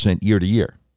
year-to-year